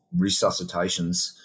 resuscitations